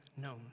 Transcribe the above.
known